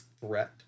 threat